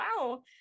wow